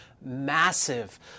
massive